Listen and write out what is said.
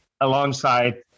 alongside